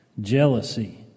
jealousy